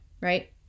right